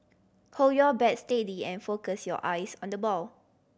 hold your bat steady and focus your eyes on the ball